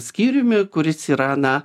skyriumi kuris yra na